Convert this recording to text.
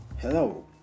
Hello